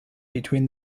between